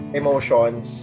emotions